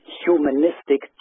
humanistic